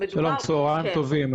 צוהריים טובים.